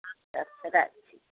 আচ্ছা আচ্ছা রাখছি